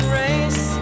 race